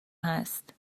هست